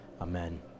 Amen